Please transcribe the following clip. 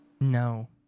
No